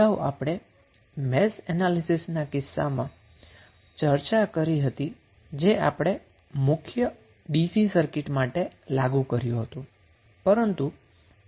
અગાઉ આપણે મેશ એનાલીસીસના કિસ્સામાં ચર્ચા કરી હતી જે આપણે મુખ્ય DC સર્કિટ માટે લાગુ કર્યુ હતું